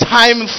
time